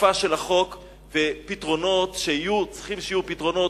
אכיפה של החוק ופתרונות, צריך שיהיו פתרונות.